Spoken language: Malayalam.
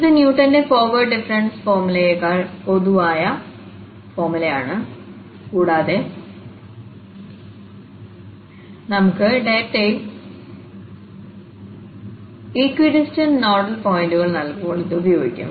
ഇത് ന്യൂട്ടന്റെ ഫോർവേഡ് ഡിഫറൻസ് ഫോർമുലയേക്കാൾ പൊതുവായ ഫോർമുലയാണ് കൂടാതെ നമ്മുടെ ഡാറ്റയിൽ ഇക്വിഡിസ്റ്റന്റ് നോഡൽ പോയിന്റുകൾ നൽകുമ്പോൾ ഇത് ഉപയോഗിക്കാം